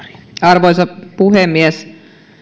arvoisa puhemies